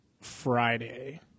Friday